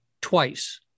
twice